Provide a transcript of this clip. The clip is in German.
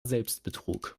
selbstbetrug